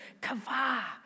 kava